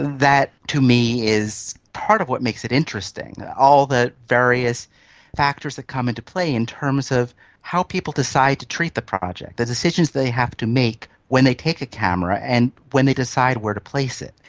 that to me is part of what makes it interesting, all the various factors that come into play in terms of how people decide to treat the project, the decisions they have to make when they take a camera and when they decide where to place it.